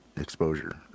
exposure